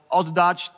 oddać